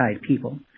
people